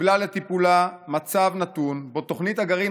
קיבלה לטיפולה מצב נתון שבו תוכנית הגרעין